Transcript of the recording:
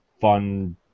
fun